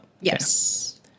yes